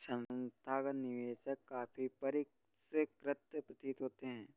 संस्थागत निवेशक काफी परिष्कृत प्रतीत होते हैं